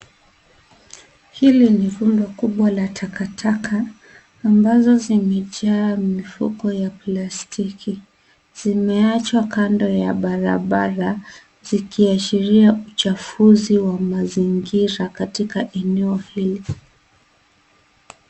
Hili ni Rundo kubwa la takataka, ambazo zimejaa mifuko ya plastiki. Zimeachwa kando ya barabara, zikiashiria uchafuzi wa mazingira, katika eneo hili.